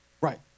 Right